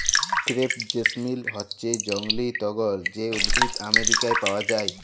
crepe jasmine হচ্যে জংলী টগর যে উদ্ভিদ আমেরিকায় পাওয়া যায়